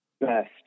best